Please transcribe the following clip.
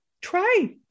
try